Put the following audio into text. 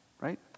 right